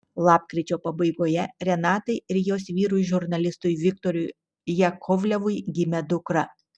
lapkričio pabaigoje renatai ir jos vyrui žurnalistui viktorui jakovlevui gimė dukra